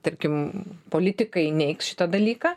tarkim politikai neigs šitą dalyką